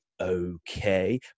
okay